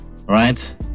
Right